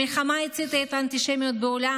המלחמה הציתה את האנטישמיות בעולם.